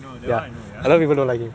no that [one] I know ya